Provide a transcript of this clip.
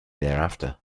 thereafter